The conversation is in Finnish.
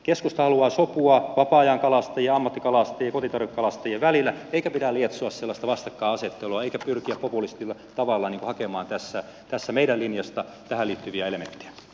keskusta haluaa sopua vapaa ajankalastajien ammattikalastajien ja kotitarvekalastajien välillä eikä pidä lietsoa sellaista vastakkainasettelua eikä pyrkiä populistisella tavalla hakemaan tässä meidän linjastamme tähän liittyviä elementtejä